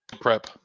Prep